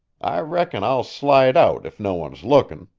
i reckon i'll slide out if no one's lookin'.